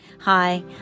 Hi